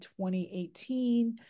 2018